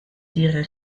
dirai